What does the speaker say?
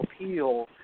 appeal